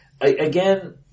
again